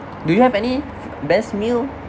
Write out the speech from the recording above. do you have any best meal